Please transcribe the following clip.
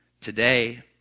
Today